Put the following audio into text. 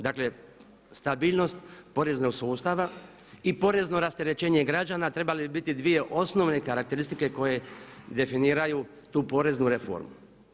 Dakle, stabilnost poreznog sustava i porezno rasterećenje građana trebali bi biti dvije osnovne karakteristike koje definiraju tu poreznu reformu.